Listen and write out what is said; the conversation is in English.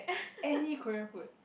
any Korean food